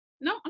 no